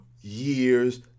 years